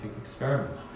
experiments